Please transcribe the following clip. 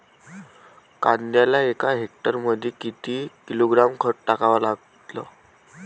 कांद्याले एका हेक्टरमंदी किती किलोग्रॅम खत टाकावं लागन?